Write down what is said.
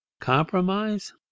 compromise